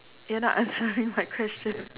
you are not answering my question